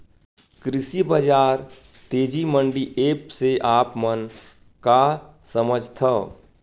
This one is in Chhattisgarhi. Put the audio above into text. कृषि बजार तेजी मंडी एप्प से आप मन का समझथव?